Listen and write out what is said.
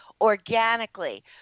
organically